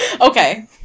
okay